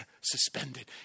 Suspended